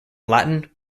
latin